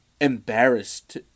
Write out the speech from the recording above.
embarrassed